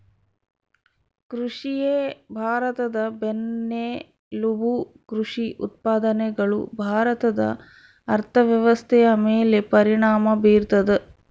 ಕೃಷಿಯೇ ಭಾರತದ ಬೆನ್ನೆಲುಬು ಕೃಷಿ ಉತ್ಪಾದನೆಗಳು ಭಾರತದ ಅರ್ಥವ್ಯವಸ್ಥೆಯ ಮೇಲೆ ಪರಿಣಾಮ ಬೀರ್ತದ